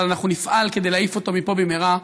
אבל אנחנו נפעל כדי להעיף אותו מפה במהרה,